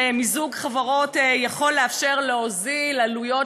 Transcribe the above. שמיזוג חברות יכול לאפשר להוזיל עלויות